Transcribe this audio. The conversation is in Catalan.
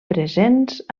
presents